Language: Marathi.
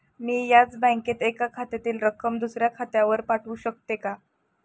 मी याच बँकेत एका खात्यातील रक्कम दुसऱ्या खात्यावर पाठवू शकते का?